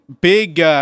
big